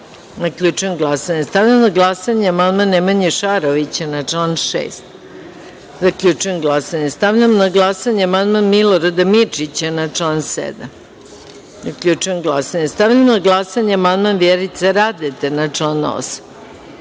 5.Zaključujem glasanje. Stavljam na glasanje amandman Nemanje Šarovića na član 6.Zaključujem glasanje. Stavljam na glasanje amandman Milorada Mirčića na član 7.Zaključujem glasanje. Stavljam na glasanje amandman Vjerice Radete na član